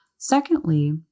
Secondly